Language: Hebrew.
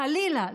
חלילה.